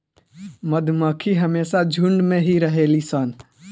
मधुमक्खी हमेशा झुण्ड में ही रहेली सन